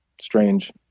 strange